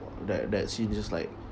that that scene just like